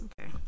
Okay